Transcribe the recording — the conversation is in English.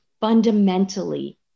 fundamentally